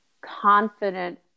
confident